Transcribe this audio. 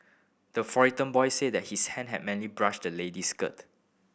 the frightened boy said that his hand had merely brushed the lady's skirt